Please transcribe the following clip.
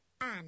Anne